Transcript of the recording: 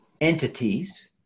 entities